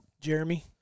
Jeremy